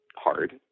hard